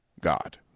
God